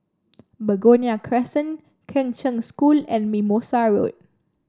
Begonia Crescent Kheng Cheng School and Mimosa Road